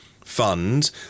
Fund